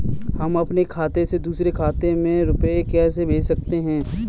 हम अपने खाते से दूसरे के खाते में रुपये कैसे भेज सकते हैं?